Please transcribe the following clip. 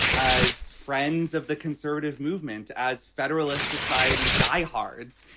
as friends of the conservative movement, as federalist society diehards.